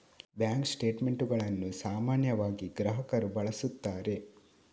bank ಸ್ಟೇಟ್ ಮೆಂಟುಗಳನ್ನು ಸಾಮಾನ್ಯವಾಗಿ ಗ್ರಾಹಕರು ಬಳಸುತ್ತಾರೆ